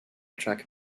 track